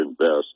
invest